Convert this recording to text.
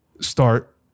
start